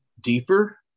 deeper